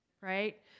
right